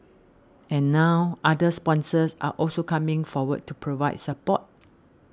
and now other sponsors are also coming forward to provide support